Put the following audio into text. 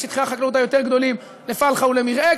שטחי החקלאות היותר-גדולים לפלחה ולמרעה,